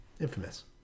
Infamous